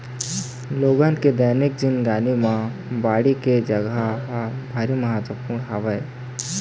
लोगन के दैनिक जिनगी म बाड़ी के जघा ह भारी महत्वपूर्न हवय